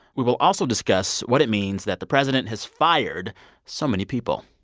we will also discuss what it means that the president has fired so many people.